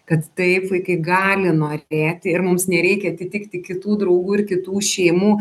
kad taip vaikai gali norėti ir mums nereikia atitikti kitų draugų ir kitų šeimų